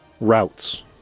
routes